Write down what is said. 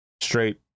straight